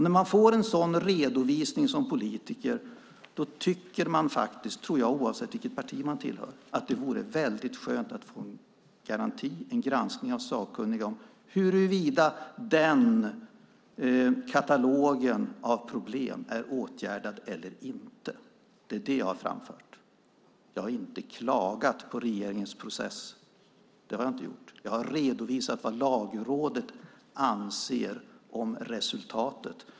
När man får en sådan redovisning som politiker tycker man - oavsett vilket parti man tillhör, tror jag - att det vore väldigt skönt att få en garanti och en granskning av sakkunniga huruvida katalogen av problem är åtgärdad eller inte. Det är det jag har framfört. Jag har inte klagat på regeringens process. Jag har redovisat vad Lagrådet anser om resultatet.